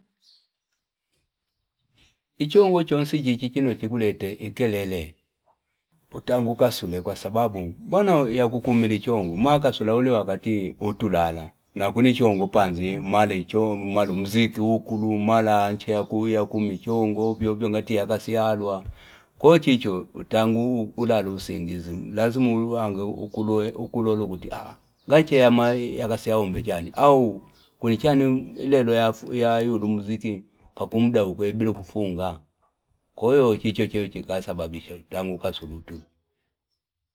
Ichongo chonsi chichi chino chikuleka utenge ukasule kwasababu mbona yakukumila inchongo umakabila uliwakati utuilala nakuno inchongo panzi mala mziki mala ache yakuma chongo ovyo ovyo ngati yakasiyalwa ko chicho utange ulale usingizi lazima enge ukulola enge ukuti ngache yakasiyaombe chani au lelo yayula mziki mpaka mumuda ukwene bila kusunga kwahiyo chicho alichino chikasababisha utange ukasule atulo.